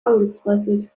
angezweifelt